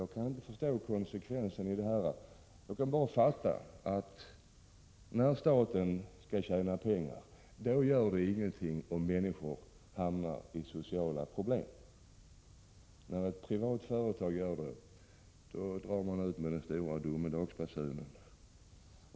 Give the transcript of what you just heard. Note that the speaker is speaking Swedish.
Jag kan inte förstå konsekvensen i detta: När staten skall tjäna pengar på spel gör det ingenting om människor får sociala problem, när privata företag vill göra det blåser man i stora domedagsbasunen.